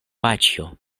paĉjo